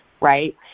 right